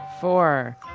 four